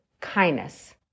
kindness